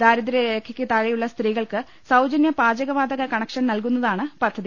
ദാരിദ്ര്യരേഖയ്ക്ക് താഴെയുളള സ്ത്രീകൾക്ക് സൌജന്യ പാചകവാതക കണക്ഷൻ നൽകുന്നതാണ് പദ്ധതി